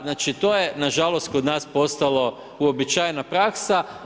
Znači to je nažalost kod nas postalo uobičajena praksa.